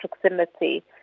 proximity